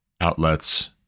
outlets